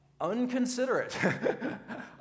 unconsiderate